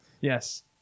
yes